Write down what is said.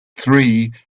three